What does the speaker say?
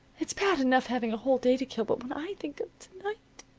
it's bad enough having a whole day to kill but when i think of to-night,